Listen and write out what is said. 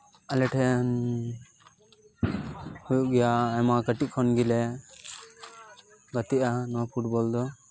ᱟᱞᱮ ᱴᱷᱮᱱ ᱦᱩᱭᱩᱜ ᱜᱮᱭᱟ ᱟᱭᱢᱟ ᱠᱟᱹᱴᱤᱡ ᱠᱷᱚᱱ ᱜᱮᱞᱮ ᱜᱟᱛᱮᱜᱼᱟ ᱱᱚᱣᱟ ᱯᱷᱩᱴᱵᱚᱞ ᱫᱚ